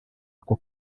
ako